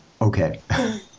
Okay